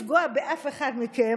בלי לפגוע באף אחד מכם,